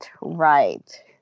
right